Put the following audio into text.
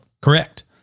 Correct